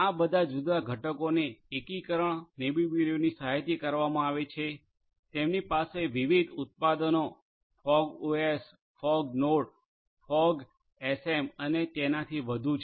આ બધા જુદા જુદા ઘટકોને એકીકરણ નેબબિઓલોની સહાયથી કરવામાં આવે છે તેમની પાસે વિવિધ ઉત્પાદનો ફોગઓસ ફોગનોડ ફોગએસએમ અને તેનાથી વધુ છે